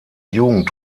jugend